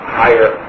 higher